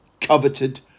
coveted